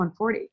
140